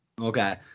Okay